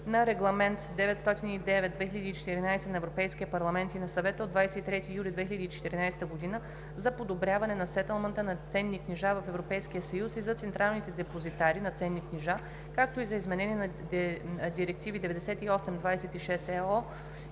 на Регламент (ЕС) № 909/2014 на Европейския парламент и на Съвета от 23 юли 2014 г. за подобряване на сетълмента на ценни книжа в Европейския съюз и за централните депозитари на ценни книжа, както и за изменение на директиви 98/26/ЕО